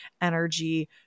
energy